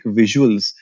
visuals